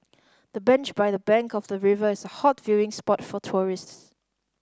the bench by the bank of the river is hot viewing spot for tourists